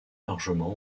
largement